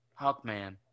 Hawkman